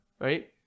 right